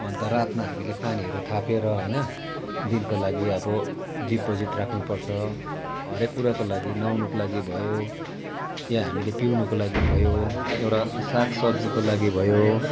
अन्त रातमा हामीले पानीहरू थापेर होइन दिनको लागि अब डिपोजिट राख्नुपर्छ हरेक कुराको लागि नुहाउनुको लागि भयो या हामीले पिउनुको लागि भयो एउटा सागसब्जीको लागि भयो